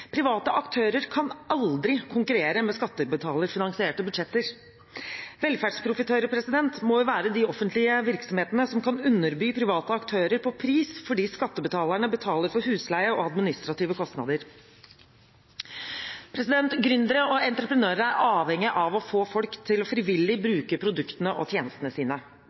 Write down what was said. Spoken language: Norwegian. Private aktører kan aldri konkurrere med skattebetalerfinansierte budsjetter. Velferdsprofitører må jo være de offentlige virksomhetene som kan underby private aktører på pris, fordi skattebetalerne betaler for husleie og administrative kostnader. Gründere og entreprenører er avhengige av å få folk til frivillig å bruke produktene og tjenestene sine.